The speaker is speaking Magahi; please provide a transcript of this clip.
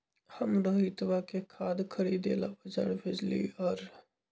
हम रोहितवा के खाद खरीदे ला बजार भेजलीअई र